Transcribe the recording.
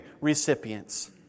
recipients